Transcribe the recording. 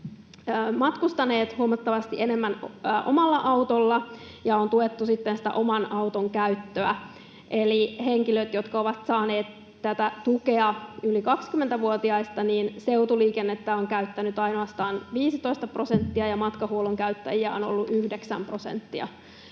matkustaneet huomattavasti enemmän omalla autolla, ja on tuettu sitten sitä oman auton käyttöä. Eli henkilöistä, jotka ovat saaneet tätä tukea yli 20-vuotiaana, seutuliikennettä on käyttänyt ainoastaan 15 prosenttia ja Matkahuollon käyttäjiä on ollut 9 prosenttia,